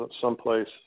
someplace